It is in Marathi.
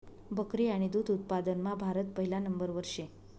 बकरी आणि दुध उत्पादनमा भारत पहिला नंबरवर शे